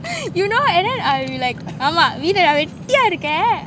you know and then I'll be like mah வீட்ல நா வெட்டியா இருக்கன்:veetla na vettiya iruken